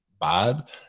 bad